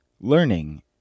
Learning